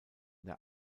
der